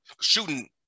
shooting